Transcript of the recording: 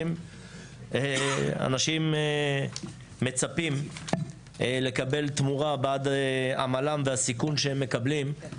אנשים מצפים לקבל תמורה בעד עמלם והסיכון שהם מקבלים.